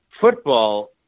football